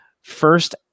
first